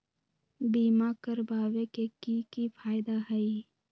बीमा करबाबे के कि कि फायदा हई?